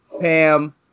Pam